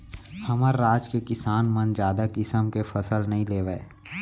हमर राज के किसान मन जादा किसम के फसल नइ लेवय